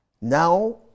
Now